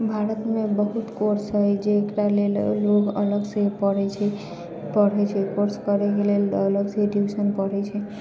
भारतमे बहुत कोर्स है जकरा लेल लोग अललगसँ पढ़ै छै पढ़ै छै कोर्स करैके लेल अलगसँ ट्युसन पढ़ै छै